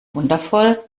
wundervoll